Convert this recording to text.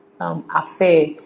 affair